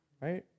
Right